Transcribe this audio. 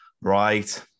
right